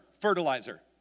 fertilizer